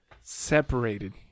Separated